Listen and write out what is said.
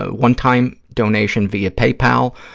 ah one-time donation via paypal,